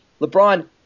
LeBron